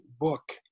book